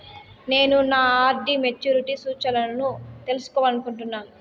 నేను నా RD maturity సూచనలను తెలుసుకోవాలనుకుంటున్నాను